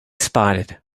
spotted